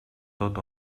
tot